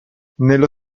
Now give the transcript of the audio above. nello